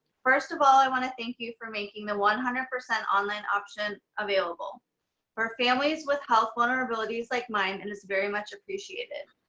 first of all i wanna thank you for making the one hundred percent online option available for families with health vulnerabilities like mine and it's very much appreciated.